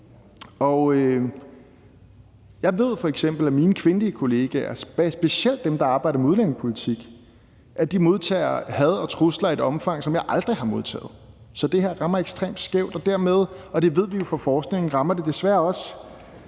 Jeg ved f.eks., at mine kvindelige kollegaer, specielt dem, der arbejder med udlændingepolitik, modtager hadbeskeder og trusler i et omfang, som jeg aldrig har modtaget. Så det her rammer ekstremt skævt, og derved – og det ved vi jo fra forskningen – rammer det desværre også